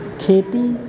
ખેતી